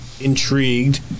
intrigued